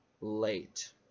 late